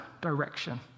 direction